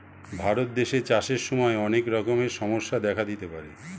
ভারত দেশে চাষের সময় অনেক রকমের সমস্যা দেখা দিতে পারে